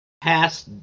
past